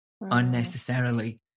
unnecessarily